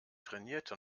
trainierte